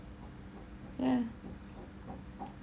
yeah